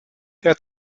der